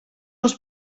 els